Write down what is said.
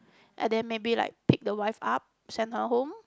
and then maybe like pick the wife up send her home